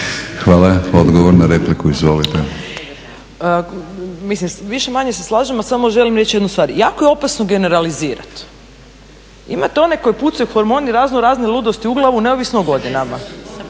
Hvala. Odgovor na repliku. Izvolite. **Lugarić, Marija (SDP)** Mislim, više-manje se slažemo, samo vam želim reći jednu stvar, jako je osobno generalizirati. Imate one koje pucaju hormoni, razno razne ludosti u glavu neovisno o godinama,